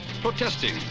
protesting